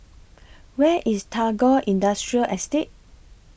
Where IS Tagore Industrial Estate